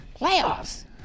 playoffs